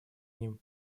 ним